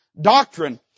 doctrine